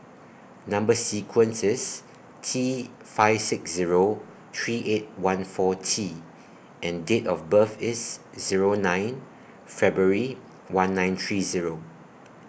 Number sequence IS T five six Zero three eight one four T and Date of birth IS Zero nine February one nine three Zero